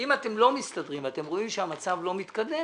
אם אתם לא מסתדרים ואתם רואים שהמצב לא מתקדם,